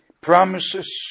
promises